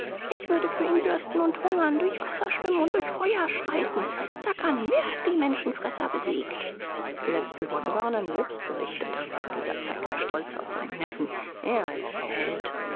ich würde für ihn dürsten und hungern durch wasser schwimmen und durch feuer schreiten sag an wer hat die menschenfresser besiegt die letzten worte waren an jobst gerichtet dieser zeigte stolz auf seinen neffen er ist der held